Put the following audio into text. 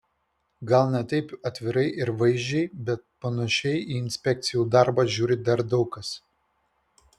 gal ne taip atvirai ir vaizdžiai bet panašiai į inspekcijų darbą žiūri dar daug kas